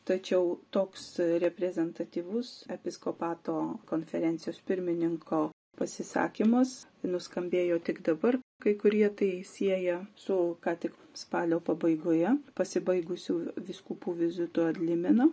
tačiau toks reprezentatyvus episkopato konferencijos pirmininko pasisakymas nuskambėjo tik dabar kai kurie tai sieja su ką tik spalio pabaigoje pasibaigusiu vyskupų vizitu ad limina